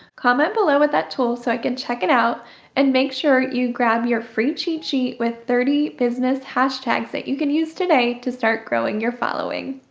comment below with that tool so i can check it out and make sure you grab your free cheat sheet with thirty business hashtags that you can use today to start growing your following.